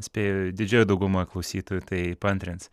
spėju didžioji dauguma klausytojų tai paantrins